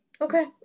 okay